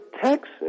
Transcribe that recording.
Texas